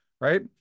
right